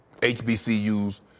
HBCUs